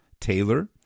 taylor